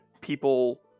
people